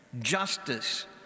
justice